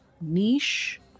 niche